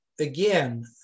Again